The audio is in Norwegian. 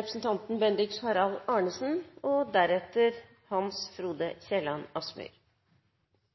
Representanten Rigmor Andersen Eide har tatt opp de forslag hun refererte til. Det er en historisk dag i Stortinget, og